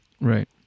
Right